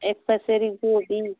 एक पसेरी गोभी